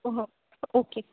हो ओके